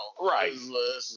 Right